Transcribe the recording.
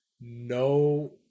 no